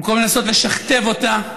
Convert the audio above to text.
במקום לנסות לשכתב אותה,